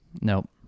nope